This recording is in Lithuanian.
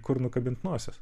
kur nukabint nosies